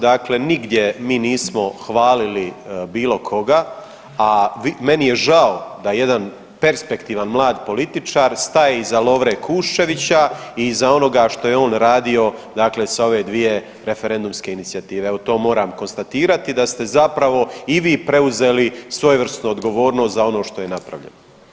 Dakle nigdje mi nismo hvalili bilo koga, a meni je žao da jedan perspektivan mlad političar staje iz Lovre Kuščevića i iza onoga što je on radio, dakle s ove dvije referendumske inicijative, evo, to moram konstatirati, da ste zapravo i vi preuzeli svojevrsnu odgovornost za ono što je napravljeno.